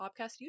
Podcast